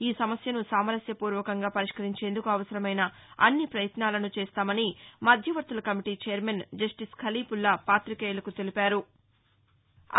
ఈ సమస్యను సామరస్యపూర్వకంగా పరిష్కరించేందుకు అవసరమైన అన్ని ప్రపయత్నాలను చేస్తామని మధ్యవర్తుల కమిటీ చైర్మన్ జస్టిస్ ఖలీఫుల్లా పాతికేయులకు తెలిపారు